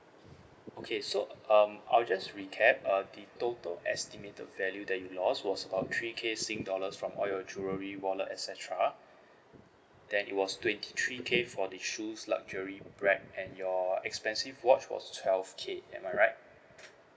okay so um I'll just recap uh the total estimated value that you lost was about three K sing dollars from all your jewellery wallet et cetera then it was twenty three K for the shoes luxury brand and your expensive watch was twelve K am I right